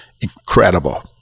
incredible